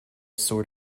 sort